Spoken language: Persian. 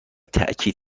تاکید